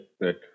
right